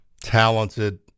talented